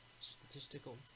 statistical